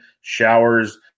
showers